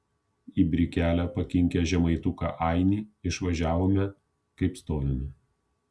į brikelę pakinkę žemaituką ainį išvažiavome kaip stovime